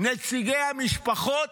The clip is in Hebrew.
נציגי המשפחות,